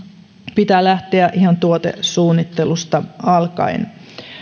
pitää lähteä ihan tuotesuunnittelusta alkaen